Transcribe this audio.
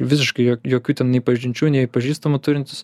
visiškai jog jokių ten nei pažinčių nei pažįstamų turintis